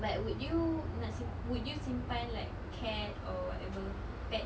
but would you nak sim~ would you simpan like cat or whatever pet